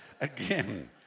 again